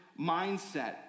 mindset